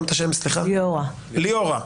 לי ליאורה: